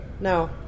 no